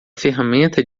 ferramenta